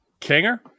Kinger